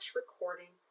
recording